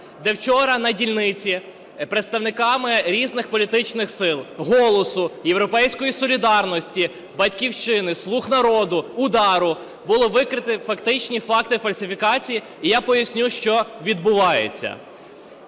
де вчора на дільниці представниками різних політичних сил – "Голосу", "Європейської солідарності", "Батьківщини", "слуг народу", "Удару", – було викрито фактичні факти фальсифікації. І я поясню, що відбувається.